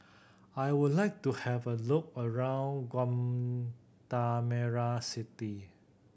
I would like to have a look around Guatemala City